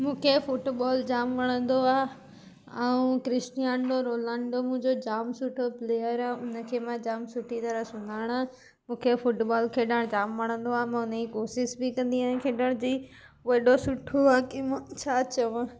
मूंखे फुटबॉल जाम वणंदो आहे ऐं क्रिस्टिआंडो रोनांडो मुंहिंजो जाम सुठो प्लेयर आहे हुन खे मां जाम सुठी तरहि सुञाणा मूंखे फुटबॉल खेॾणु जाम वणंदो आहे मां हुन ई कोशिशि बि कंदी आहियां खेॾण जी हू हेॾो सुठो आहे की मां छा चवां